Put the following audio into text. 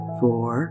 four